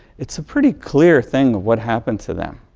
it's a pretty clear thing of what happened to them,